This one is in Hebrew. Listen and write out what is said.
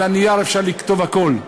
על הנייר אפשר לכתוב הכול,